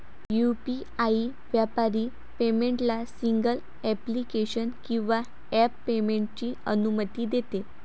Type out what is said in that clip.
UPI व्यापारी पेमेंटला single application किंवा ॲप पेमेंटची अनुमती देते